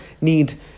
need